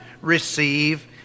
receive